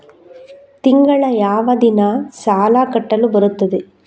ತಿಂಗಳ ಯಾವ ದಿನ ಸಾಲ ಕಟ್ಟಲು ಬರುತ್ತದೆ?